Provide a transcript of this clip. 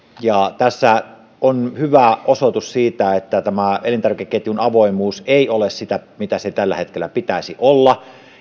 tässä on hyvä osoitus siitä että tämä elintarvikeketjun avoimuus ei ole sitä mitä sen tällä hetkellä pitäisi olla